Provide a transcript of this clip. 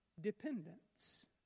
dependence